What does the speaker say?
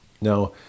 Now